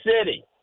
City